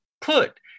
Put